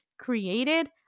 Created